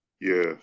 Yes